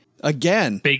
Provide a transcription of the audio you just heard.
Again